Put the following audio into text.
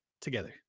together